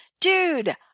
dude